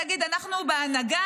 תגיד: אנחנו בהנהגה,